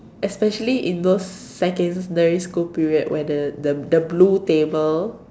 especially in those secondary school period where the the the blue table